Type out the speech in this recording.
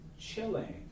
chilling